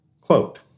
Quote